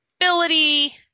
ability